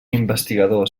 investigador